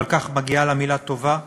ועל כך מגיעה לה מילה טובה.